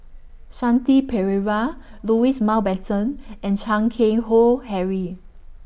Shanti Pereira Louis Mountbatten and Chan Keng Howe Harry